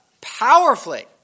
powerfully